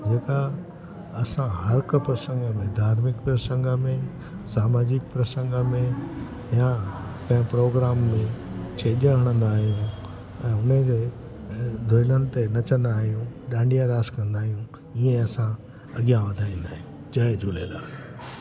जेका असां हर हिकु प्रसंग में धार्मिक प्रसंग में सामाजिक प्रसंग में या कंहिं प्रोग्राम में छेॼ हणंदा आहियूं ऐं हुनजे दुहिलनि ते नचंदा आहियूं डांडिया रास कंदा आहियूं हीअं असां अॻियां वधाईंदा आहिनि जय झूलेलाल